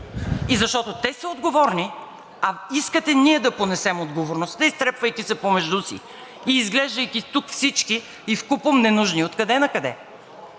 Защото те са отговорни, а искате ние да понесем отговорността, изтрепвайки се помежду си и изглеждайки тук всички вкупом ненужни. Откъде накъде?